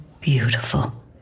beautiful